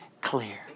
clear